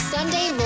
Sunday